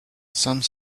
some